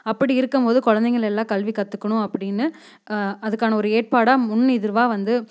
அப்படி இருக்கபோது குழந்தைங்கள் எல்லாம் கல்வி கற்றுக்கணும் அப்படியின்னு அதுக்கான ஒரு ஏற்பாடாக முன் இதுர்வாக வந்து